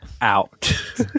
out